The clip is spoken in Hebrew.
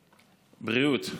בריאות.